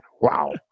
Wow